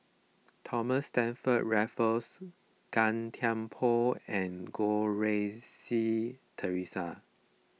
Thomas Stamford Raffles Gan Thiam Poh and Goh Rui Si theresa